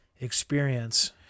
experience